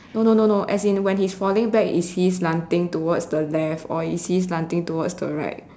no no no as in when he's falling back is he slanting towards the left or is he slanting towards the right